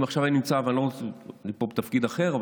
עכשיו אני בתפקיד אחר,